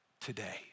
today